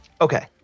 Okay